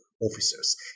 officers